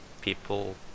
people